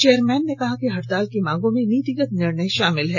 chairman ने कहा कि हड़ताल की मांगों में नीतिगत निर्णय शामिल हैं